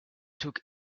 took